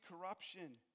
corruption